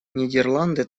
нидерланды